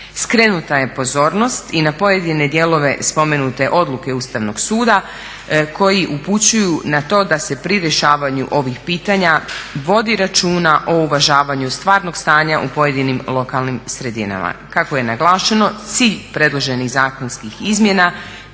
Skrenuta je pozornost i na pojedine dijelove spomenute odluke Ustavnoga suda koji upućuju na to da se pri rješavanju ovih pitanja vodi računa o uvažavanju stvarnog stanja u pojedinim lokalnim sredinama. Kako je naglašeno, cilj predloženih zakonskih izmjena